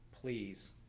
please